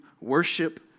worship